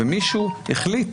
ומישהו החליט,